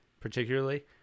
particularly